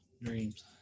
dreams